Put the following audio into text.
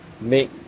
make